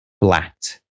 flat